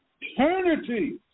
eternity